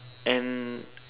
and